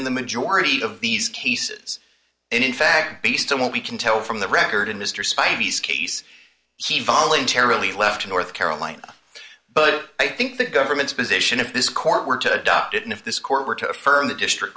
in the majority of these cases and in fact based on what we can tell from the record in mr spy vs case he voluntarily left north carolina but i think the government's position if this court were to adopt it and if this court were to affirm the district